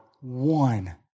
one